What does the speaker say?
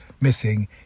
missing